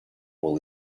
will